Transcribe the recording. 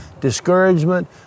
discouragement